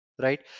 right